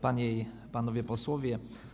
Panie i Panowie Posłowie!